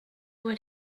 what